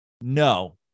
no